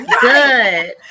Good